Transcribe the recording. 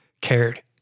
cared